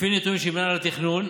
לפי נתונים של מינהל התכנון,